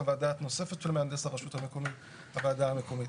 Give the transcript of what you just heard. חוות דעת נוספת של מהנדס הרשות המקומית לוועד המקומית.